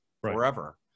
forever